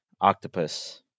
octopus